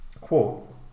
Quote